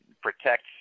protect